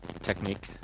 technique